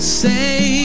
say